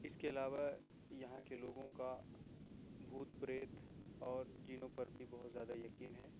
اس کے علاوہ یہاں کے لوگوں کا بھوت پریت اور جنوں پر بھی بہت زیادہ یقین ہے